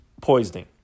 poisoning